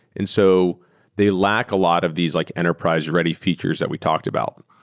and so they lack a lot of these like enterprise-ready features that we talked about.